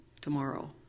tomorrow